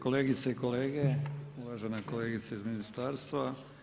Kolegice i kolege, uvažana kolegica iz ministarstva.